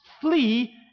Flee